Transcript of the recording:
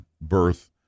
birth